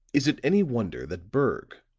is it any wonder that berg,